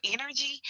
energy